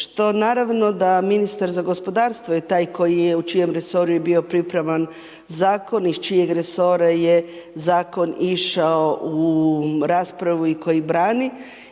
što naravno da ministar za gospodarstvo je taj koji je u čijem resoru je pripreman, iz čijeg resora je zakon išao u raspravu i koji brani